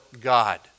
God